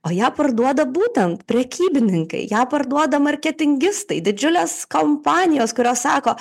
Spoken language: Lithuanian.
o ją parduoda būtent prekybininkai ją parduoda marketingistai didžiulės kompanijos kurios sako